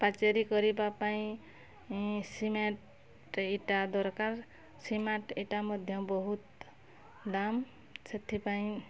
ପାଚେରୀ କରିବା ପାଇଁ ସିମେଣ୍ଟ ଇଟା ଦରକାର ସିମେଣ୍ଟ ଇଟା ମଧ୍ୟ ବହୁତ୍ ଦାମ୍ ସେଥିପାଇଁ